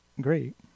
great